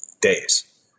days